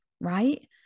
right